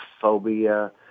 phobia